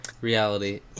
Reality